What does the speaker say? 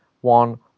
one